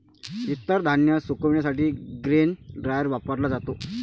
इतर धान्य सुकविण्यासाठी ग्रेन ड्रायर वापरला जातो